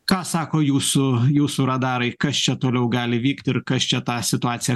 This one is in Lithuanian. ką sako jūsų jūsų radarai kas čia toliau gali vykt ir kas čia tą situaciją